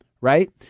right